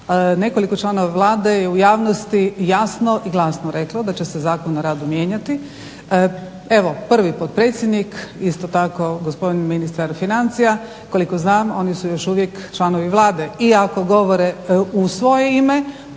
Nekoliko članova Vlade je u javnosti jasno i glasno reklo da će se Zakon o radu mijenjati. Evo prvi potpredsjednik isto tako gospodin ministar financija koliko znam oni su još uvijek članovi Vlade, i ako govore u svoje ime